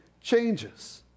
changes